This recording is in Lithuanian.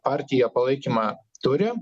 partija palaikymą turi